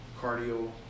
cardio